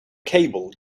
cable